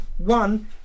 One